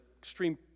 extreme